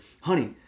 honey